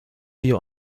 wir